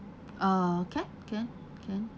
uh can can can